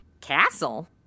Castle